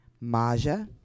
Maja